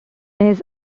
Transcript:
his